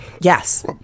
Yes